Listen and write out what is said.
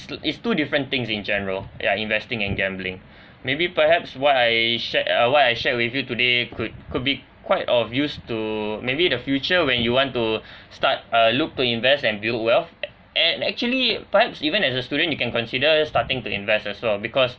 it's two different things in general ya investing and gambling maybe perhaps what I shared uh what I shared with you today you could could be quite of use to maybe the future when you want to start uh look to invest and build wealth a~ and actually perhaps even as a student you can consider starting to invest as well because